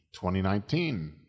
2019